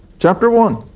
chapter one